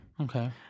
okay